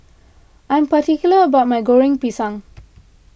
I am particular about my Goreng Pisang